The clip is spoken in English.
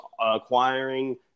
acquiring